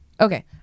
Okay